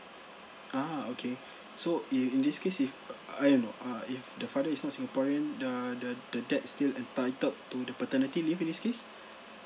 ah okay so in in this case if I don't know uh if the father is not singaporean the the the dad still entitled to the paternity leave in this case